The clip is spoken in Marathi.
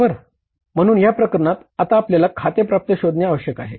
बरोबर म्हणून या प्रकरणात आता आपल्याला खाते प्राप्त शोधणे आवश्यक आहे